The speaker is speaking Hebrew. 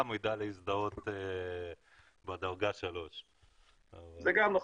והוא ידע להזדהות בדרגה 3. זה גם נכון.